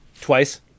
Twice